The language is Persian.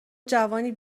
جوانی